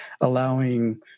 allowing